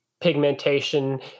pigmentation